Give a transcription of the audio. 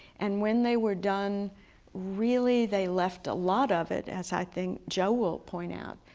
and when they were done really they left a lot of it, as i think joe will point out,